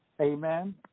Amen